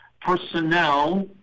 personnel